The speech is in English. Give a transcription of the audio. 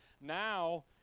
Now